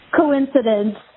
coincidence